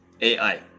AI